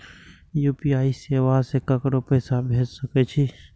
UPI सेवा से ककरो पैसा भेज सके छी?